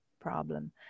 problem